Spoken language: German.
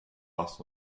lasst